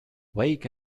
wake